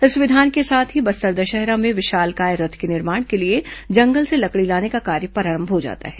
इस विधान के साथ ही बस्तर दशहरा में विशालकाय रथ के निर्माण के लिए जंगल से लकड़ी लाने का कार्य प्रारंभ हो जाता है